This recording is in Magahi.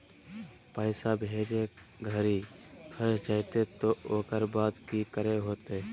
पैसा भेजे घरी फस जयते तो ओकर बाद की करे होते?